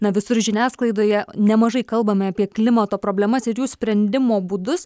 na visur žiniasklaidoje nemažai kalbame apie klimato problemas ir jų sprendimo būdus